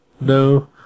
No